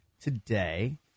today